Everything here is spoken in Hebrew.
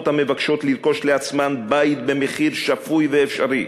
המבקשות לרכוש לעצמן בית במחיר שפוי ואפשרי.